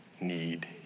need